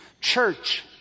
Church